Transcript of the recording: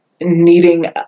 needing